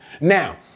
Now